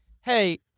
Hey